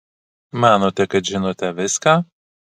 manote kad žinote viską